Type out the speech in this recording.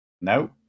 no